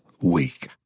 week